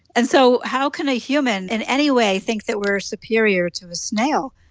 and so how can a human, in any way, think that we're superior to a snail?